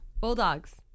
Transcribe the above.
Bulldogs